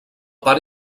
part